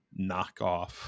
knockoff